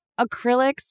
acrylics